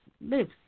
lives